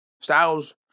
Styles